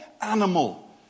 animal